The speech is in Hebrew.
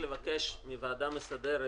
לבקש מהוועדה המסדרת